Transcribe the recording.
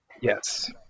yes